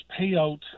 payout